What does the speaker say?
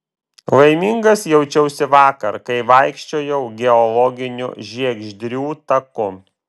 laimingas jaučiausi vakar kai vaikščiojau geologiniu žiegždrių taku